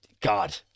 God